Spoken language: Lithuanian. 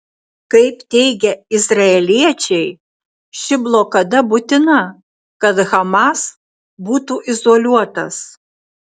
kaip teigia izraeliečiai ši blokada būtina kad hamas būtų izoliuotas